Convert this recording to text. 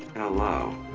hello.